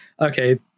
Okay